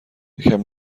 یکم